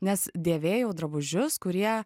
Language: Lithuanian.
nes dėvėjau drabužius kurie